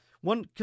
One